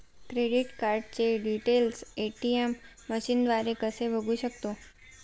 Credit कार्डचे details ATM मशीनद्वारे कसे बघू शकतो?